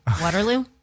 Waterloo